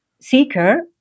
seeker